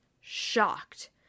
shocked